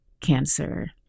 cancer